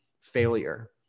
failure